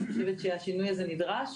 אני חושבת שהשינוי הזה נדרש.